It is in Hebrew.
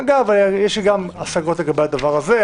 אגב, יש לי השגות גם לגבי הדבר הזה.